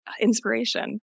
inspiration